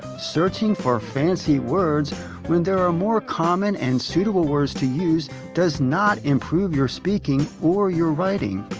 searching for fancy words when there are more common and suitable words to use does not improve your speaking or your writing.